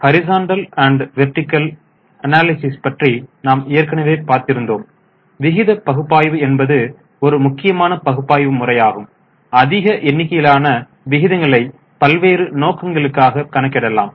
horizontal and vertical analysis களை பற்றி நாம் ஏற்கனவே பார்த்திருந்தோம் விகித பகுப்பாய்வு என்பது ஒரு முக்கியமான பகுப்பாய்வு முறையாகும் அதிக எண்ணிக்கையிலான விகிதங்களை பல்வேறு நோக்கங்களுக்காக கணக்கிடலாம்